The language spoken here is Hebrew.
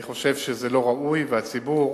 אני חושב שזה לא ראוי, ולציבור